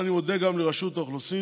אני מודה גם לרשות האוכלוסין,